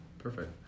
Perfect